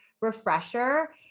refresher